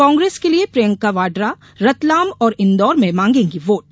कांग्रेस के लिए प्रियंका वाड्रा रतलाम और इंदौर में मांगेगी वोट